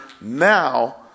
now